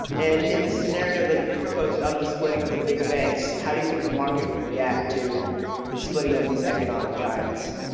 and in the scenario that you've proposed of the splitting of the big banks, how do you think the market will react to the splitting of these economic giants?